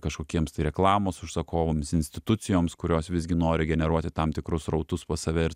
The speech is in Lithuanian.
kažkokiems tai reklamos užsakovams institucijoms kurios visgi nori generuoti tam tikrus srautus pas save ir